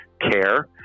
care